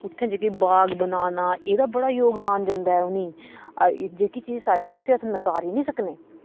उत्थें जेह्के बाघ बनाना एह्दा बड़ा योगदान जंदा उनेंगी जेह्की चीज सच्च ऐ उस्सी अस नकारी निं सकने